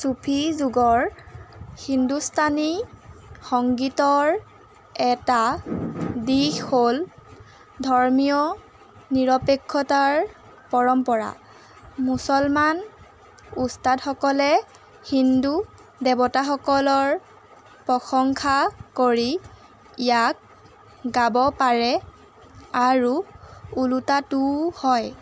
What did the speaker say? চুফী যুগৰ হিন্দুস্তানী সংগীতৰ এটা দিশ হ'ল ধৰ্মীয় নিৰপেক্ষতাৰ পৰম্পৰা মুছলমান ওস্তাদসকলে হিন্দু দেৱতাসকলৰ প্ৰশংসা কৰি ইয়াক গাব পাৰে আৰু ওলোটাটোও হয়